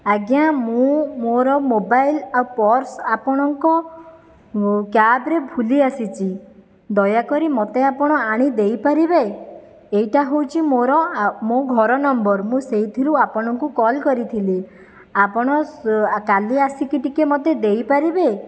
ଆଜ୍ଞା ମୁଁ ମୋର ମୋବାଇଲ୍ ଆଉ ପର୍ସ ଆପଣଙ୍କ କ୍ୟାବରେ ଭୁଲି ଆସିଛି ଦୟାକରି ମୋତେ ଆପଣ ଆଣି ଦେଇପାରିବେ ଏଇଟା ହେଉଛି ମୋର ଆ ମୋ ଘର ନମ୍ବର ମୁଁ ସେହିଥିରୁ ଆପଣଙ୍କୁ କଲ୍ କରିଥିଲି ଆପଣ କାଲି ଆସିକି ଟିକିଏ ମୋତେ ଦେଇପାରିବେ